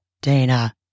Dana